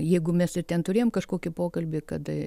jeigu mes ir ten turėjom kažkokį pokalbį kada